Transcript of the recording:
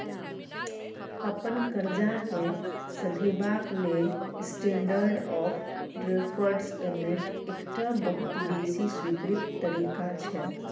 अपन करजा केँ सधेबाक लेल स्टेंडर्ड आँफ डेफर्ड पेमेंट एकटा बहुत बेसी स्वीकृत तरीका छै